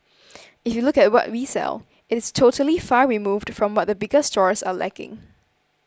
if you look at what we sell it's totally far removed from what the bigger stores are lacking